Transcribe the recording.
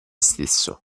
stesso